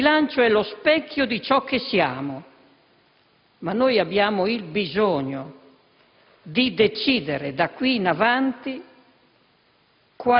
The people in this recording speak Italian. Questo bilancio è lo specchio di ciò che siamo, ma noi abbiamo bisogno di decidere da qui in avanti